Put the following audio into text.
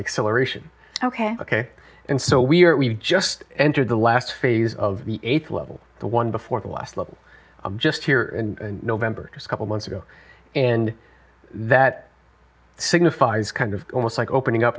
acceleration ok ok and so we're we just entered the last phase of the eighth level the one before the last level i'm just here in november just a couple months ago and that signifies kind of almost like opening up